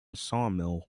sawmill